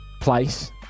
Place